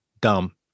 dumb